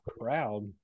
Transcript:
crowd